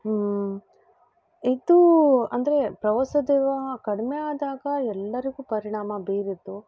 ಇದು ಅಂದರೆ ಪ್ರವಾಸೊದ್ಯಮ ಕಡಿಮೆ ಆದಾಗ ಎಲ್ಲರಿಗೂ ಪರಿಣಾಮ ಬೀರಿತು